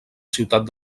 ciutat